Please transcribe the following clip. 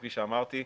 כפי שאמרתי,